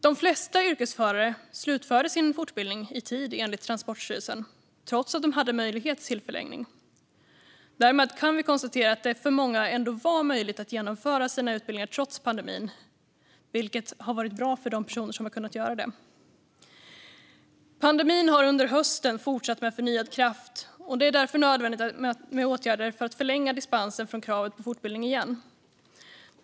De flesta yrkesförare slutförde sin fortbildning i tid, enligt Transportstyrelsen, trots att de hade möjlighet till förlängning. Därmed kan vi konstatera att det för många ändå var möjligt att genomföra sina utbildningar trots pandemin, vilket har varit bra för de personer som har kunnat göra det. Pandemin har under hösten fortsatt med förnyad kraft. Det är därför nödvändigt med åtgärder för att förlänga dispensen från kravet på fortbildning igen.